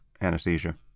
anesthesia